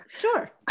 Sure